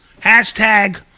Hashtag